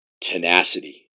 tenacity